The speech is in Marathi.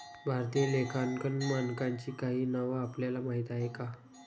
भारतीय लेखांकन मानकांची काही नावं आपल्याला माहीत आहेत का?